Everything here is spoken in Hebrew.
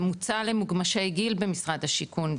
זה מוצע למוגמשי גיל במשרד השיכון,